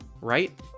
right